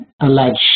alleged